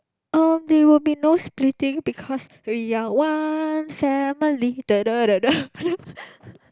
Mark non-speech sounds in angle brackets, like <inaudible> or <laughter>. um there will be no splitting because we are one family <noise> <laughs>